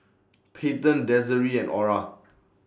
Payton Desiree and Orah